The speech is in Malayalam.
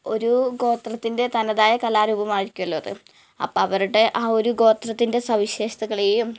ഒരു ഗോത്രത്തിന്റെ തനതായ കലാരൂപമാരിക്കുമല്ലോ അത് അപ്പോൾ അവരുടെ ആ ഒരു ഗോത്രത്തിന്റെ സവിശേഷതകളെയും